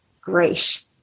great